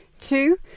Two